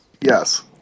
Yes